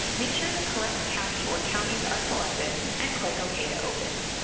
make sure the correct county or counties are selected, and click ok to open.